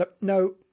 No